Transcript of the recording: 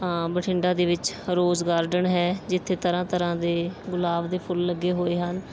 ਬਠਿੰਡਾ ਦੇ ਵਿੱਚ rose garden ਹੈ ਜਿੱਥੇ ਤਰ੍ਹਾਂ ਤਰ੍ਹਾਂ ਦੇ ਗੁਲਾਬ ਦੇ ਫੁੱਲ ਲੱਗੇ ਹੋਏ ਹਨ